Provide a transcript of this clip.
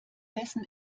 dessen